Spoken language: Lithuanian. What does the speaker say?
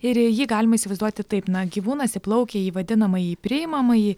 ir jį galima įsivaizduoti taip na gyvūnas įplaukia į vadinamąjį priimamąjį